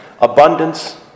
abundance